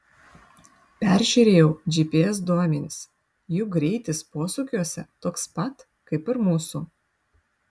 peržiūrėjau gps duomenis jų greitis posūkiuose toks pat kaip ir mūsų